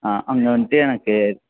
ஆ அங்கே வந்துட்டு எனக்கு